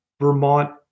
Vermont